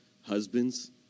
Husbands